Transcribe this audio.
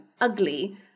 ugly